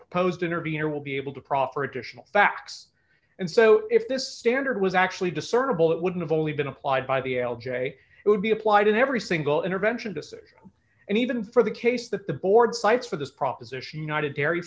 proposed intervener will be able to proffer additional facts and so if this standard was actually discernible that wouldn't only been applied by the l j it would be applied in every single intervention decision and even for the case that the board cites for this proposition united dairy